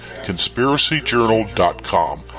conspiracyjournal.com